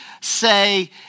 say